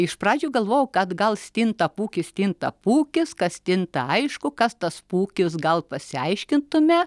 iš pradžių galvojau kad gal stintapūkis stintapūkis kas stinta aišku kas tas pūkis gal pasiaiškintume